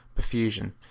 perfusion